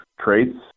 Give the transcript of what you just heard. traits